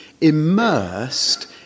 immersed